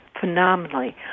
phenomenally